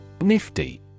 Nifty